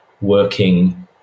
working